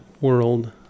world